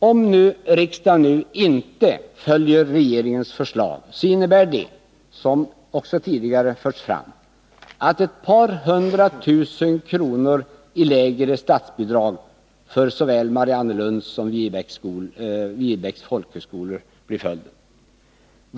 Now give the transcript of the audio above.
Om riksdagen inte följer regeringens förslag, blir följden — vilket framförts också tidigare — en minskning av statsbidraget för såväl Mariannelunds som Viebäcks folkhögskola med ett par hundra tusen kronor.